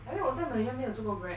I mean 我这样老 liao 也没有坐过 Grab